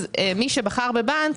מי שבחר בבנק,